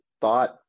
thought